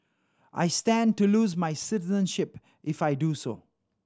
I stand to lose my citizenship if I do so